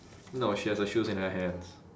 no she has her shoes in her hands